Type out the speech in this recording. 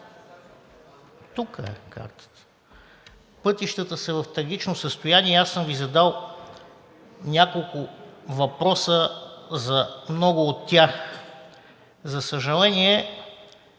София-област пътищата са в трагично състояние и аз съм Ви задал няколко въпроса за много от тях. За съжаление,